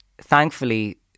thankfully